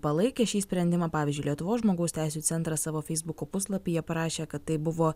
palaikė šį sprendimą pavyzdžiui lietuvos žmogaus teisių centras savo feisbuko puslapyje parašė kad tai buvo